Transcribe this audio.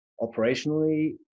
operationally